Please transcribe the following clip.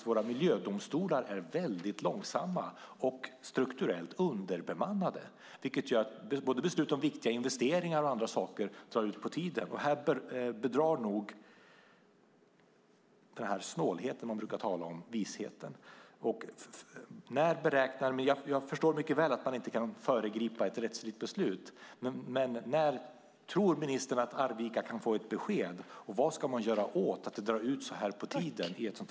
Våra miljödomstolar är väldigt långsamma och strukturellt underbemannade. Det gör att beslut om viktiga investeringar och andra saker drar ut på tiden. Här bedrar nog snålheten visheten. Jag förstår att ministern inte kan föregripa ett rättsligt beslut. Men när tror ministern att Arvika kan få ett besked? Vad ska man göra åt att det drar ut på tiden?